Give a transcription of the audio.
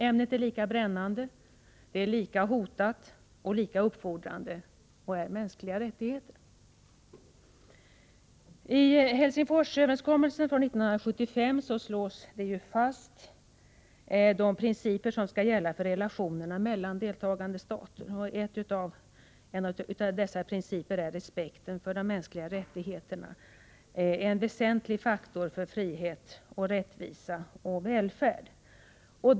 Saken är lika brännande, lika hotad och lika uppfordrande: mänskliga rättigheter. I Helsingforsöverenskommelsen från 1975 slås de principer fast som skall gälla för relationerna mellan deltagande stater, och en av dessa principer är respekten för de mänskliga rättigheterna — en väsentlig faktor för frihet och rättvisa och välfärd.